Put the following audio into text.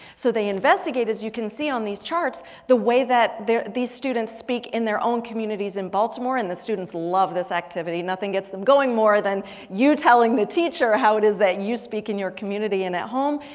so they investigate as you can see on these charts the way that these students speak in their own communities in baltimore and the students love this activity. nothing gets them going more than you telling the teacher how it is that you speak in your community and at home.